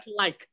-like